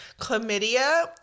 chlamydia